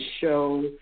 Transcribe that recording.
show